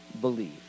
believe